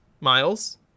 miles